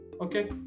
okay